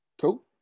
Cool